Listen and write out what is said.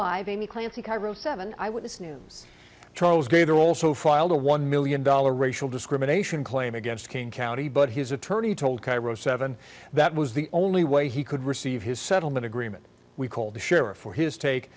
live amy clancy cairo seven i would this news gator also filed a one million dollar racial discrimination claim against king county but his attorney told cairo seven that was the only way he could receive his settlement agreement we called the sheriff for his take